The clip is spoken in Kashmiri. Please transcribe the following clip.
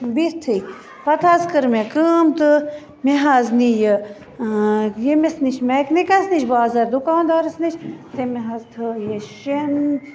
بِہتھٕے پتہٕ حظ کٔر مےٚ کٲم تہٕ مےٚ حط نہِ یہِ ییٚمِس نِش مٮ۪کنِکس نِش بازر دُکان دارس نِش تمہِ حظ تھٲو یہِ شٮ۪ن